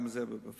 גם זה בפריפריה.